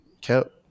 kept